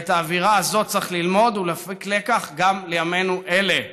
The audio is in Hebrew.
ואת האווירה הזו צריך ללמוד ולהפיק לקח גם לימינו אלה.